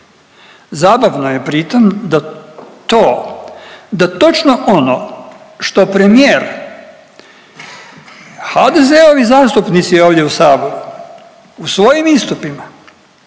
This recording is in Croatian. Zabavno je pritom da to, da točno ono što premijer, HDZ-ovi zastupnici ovdje u Saboru u svojim istupima